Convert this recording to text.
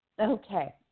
Okay